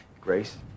Grace